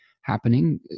happening